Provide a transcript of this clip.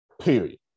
Period